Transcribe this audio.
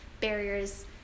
barriers